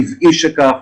טבעי שכך,